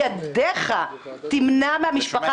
איזה חוק?